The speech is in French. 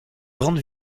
grande